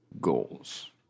goals